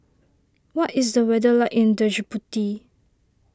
what is the weather like in Djibouti